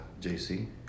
JC